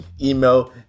email